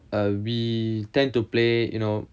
uh we tend to play you know